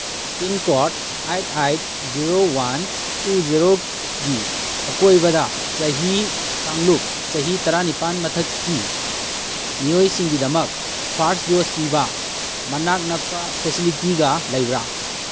pin code eight eight zero one two ꯖꯦꯔꯣꯒꯤ ꯑꯀꯣꯏꯕꯗ ꯆꯍꯤ ꯀꯥꯡꯂꯨꯞ ꯆꯍꯤ ꯇꯔꯥꯅꯤꯄꯥꯟ ꯃꯊꯛꯀꯤ ꯃꯤꯑꯣꯏꯁꯤꯡꯒꯤꯗꯃꯛ ꯐꯥꯔꯁ ꯗꯣꯁ ꯄꯤꯕ ꯃꯅꯥꯛ ꯅꯛꯄ ꯐꯦꯁꯤꯂꯤꯇꯤꯒ ꯂꯩꯕ꯭ꯔꯥ